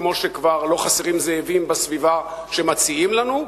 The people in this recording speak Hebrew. כמו שכבר לא חסרים זאבים בסביבה שמציעים לנו,